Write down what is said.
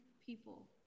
people